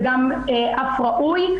וגם אף ראוי,